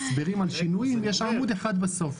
הסברים על שינויים יש עמוד אחד בסוף.